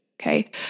Okay